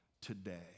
today